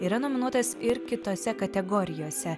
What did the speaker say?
yra nominuotas ir kitose kategorijose